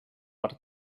per